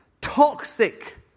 toxic